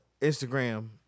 Instagram